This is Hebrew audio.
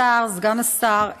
השר, סגן השר,